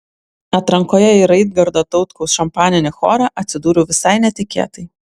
atrankoje į raigardo tautkaus šampaninį chorą atsidūriau visai netikėtai